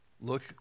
Look